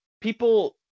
people